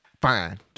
Fine